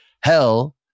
Hell